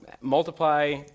multiply